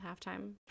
Halftime